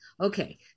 okay